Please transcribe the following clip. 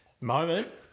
Moment